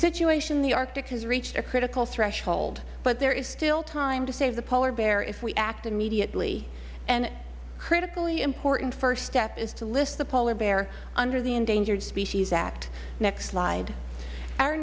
situation in the arctic has reached a critical threshold but there is still time to save the polar bear if we act immediately a critically important first step is to list the polar bear under the endangered species act next slide our